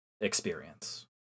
experience